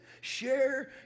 Share